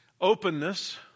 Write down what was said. openness